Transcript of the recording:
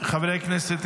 חברי הכנסת,